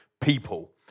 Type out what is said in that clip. people